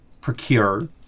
procure